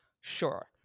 Sure